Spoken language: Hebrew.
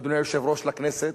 אדוני היושב-ראש, לכנסת,